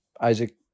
Isaac